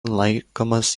laikomas